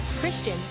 Christian